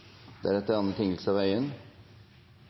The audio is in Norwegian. ikke. Anne Tingelstad